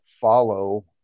follow